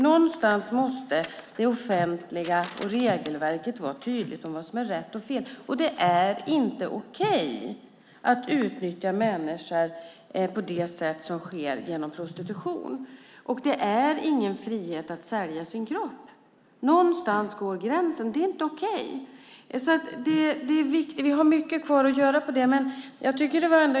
Någonstans måste det offentliga och regelverket vara tydligt om vad som är rätt och fel. Det är inte okej att utnyttja människor genom prostitution. Det är ingen frihet att sälja sin kropp. Någonstans går gränsen. Det är inte okej. Vi har mycket kvar att göra.